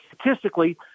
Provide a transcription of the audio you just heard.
statistically